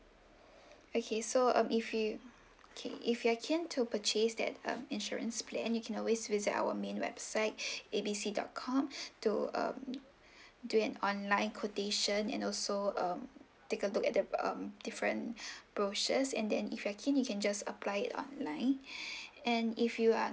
okay so um if you okay if you are keen to purchase that um insurance plan you can always visit our main website A B C dot com to um do an online quotation and also um take a look at the um different brochures and then if you are keen you can just apply it online and if you are